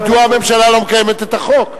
מדוע הממשלה לא מקיימת את החוק.